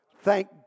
Thank